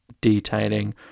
detailing